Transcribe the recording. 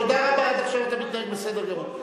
תודה רבה, עד עכשיו אתה מתנהג בסדר גמור.